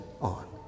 on